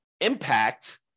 impact